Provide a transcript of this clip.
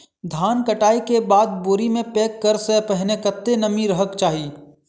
धान कटाई केँ बाद बोरी मे पैक करऽ सँ पहिने कत्ते नमी रहक चाहि?